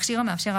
ולממשלתו